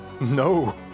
No